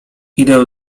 idę